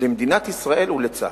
למדינת ישראל ולצה"ל.